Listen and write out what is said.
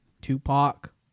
Tupac